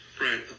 right